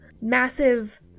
massive